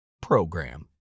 program